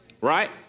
right